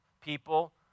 people